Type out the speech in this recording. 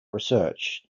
research